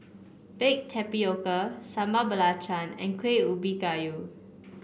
Baked Tapioca Sambal Belacan and Kueh Ubi Kayu